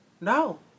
No